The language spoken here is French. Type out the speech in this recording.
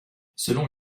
selon